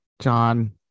John